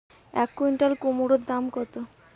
এক কুইন্টাল কুমোড় দাম কত?